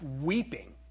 weeping